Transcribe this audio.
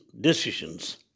decisions